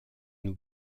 nous